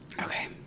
okay